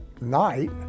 night